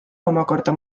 omakorda